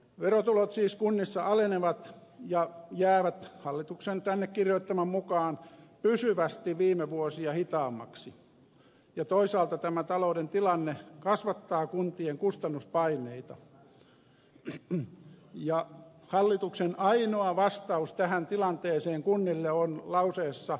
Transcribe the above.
verotulot siis kunnissa alenevat ja niiden kasvu jää hallituksen tänne kirjoittaman mukaan pysyvästi viime vuosia hitaammaksi ja toisaalta tämä talouden tilanne kasvattaa kuntien kustannuspaineita ja hallituksen ainoa vastaus tähän tilanteeseen kunnille on lauseessa